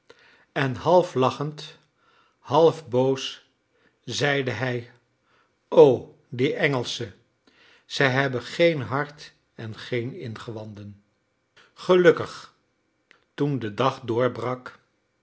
en half lachend half boos zeide hij o die engelschen ze hebben geen hart en geen ingewanden gelukkig toen de dag doorbrak